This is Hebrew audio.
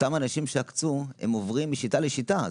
אותם אנשים שעקצו עוברים משיטה לשיטה.